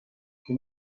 qui